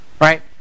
Right